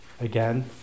again